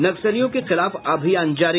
नक्सलियों के खिलाफ अभियान जारी